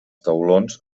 taulons